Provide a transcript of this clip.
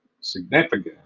significant